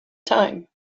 time